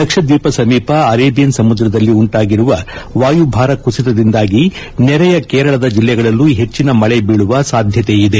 ಲಕ್ಷದ್ವೀಪ ಸಮೀಪದಲ್ಲಿ ಅರೇಬೀಯನ್ ಸಮುದ್ರದಲ್ಲಿ ಉಂಟಾಗಿರುವ ವಾಯುಭಾರ ಕುಸಿತದಿಂದಾಗಿ ನೆರೆಯ ಕೇರಳದ ಜಿಲ್ಲೆಗಳಲ್ಲೂ ಹೆಚ್ಚಿನ ಮಳೆ ಬೀಳುವ ಸಾಧ್ಯತೆ ಇದೆ